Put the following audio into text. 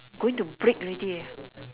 going to break already eh